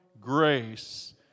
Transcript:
grace